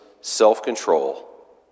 self-control